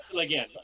again